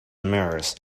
mirrors